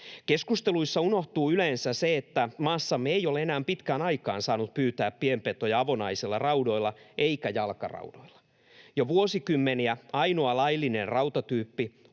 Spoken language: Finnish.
Keskusteluissa unohtuu yleensä se, että maassamme ei ole enää pitkään aikaan saanut pyytää pienpetoja avonaisilla raudoilla eikä jalkaraudoilla. Jo vuosikymmeniä ainoa laillinen rautatyyppi